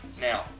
Now